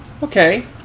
Okay